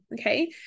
Okay